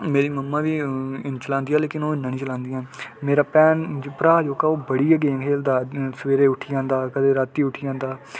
मेरी मम्मा बी चलांदी ऐ लेकिन ओह् इन्ना निं चलांदी मेरी भैन भ्राऽ जोह्का ओह् बड़ी गै गेम खेढदा सवेरे उट्ठी जंदा कदें राती उट्ठी जंदा